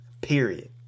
Period